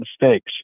mistakes